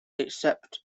except